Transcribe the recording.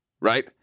right